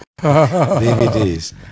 DVDs